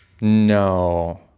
No